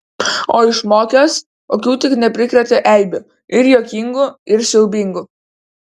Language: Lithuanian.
o išmokęs kokių tik neprikrėtė eibių ir juokingų ir siaubingų